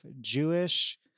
Jewish